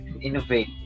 innovate